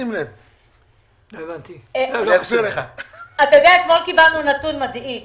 אתמול קיבלנו נתון מדאיג